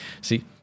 See